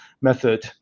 method